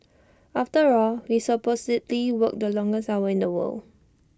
after all we supposedly work the longest hour in the world